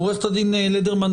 עורכת הדין לדרמן,